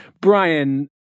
Brian